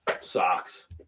socks